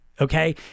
Okay